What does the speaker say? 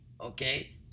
Okay